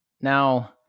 Now